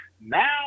now